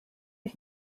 ich